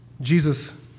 Jesus